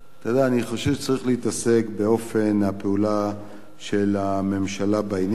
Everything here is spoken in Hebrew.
אני חושב שצריך להתעסק באופן הפעולה של הממשלה בעניין.